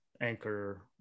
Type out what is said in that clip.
Anchor